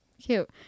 Cute